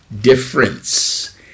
difference